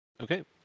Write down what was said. Okay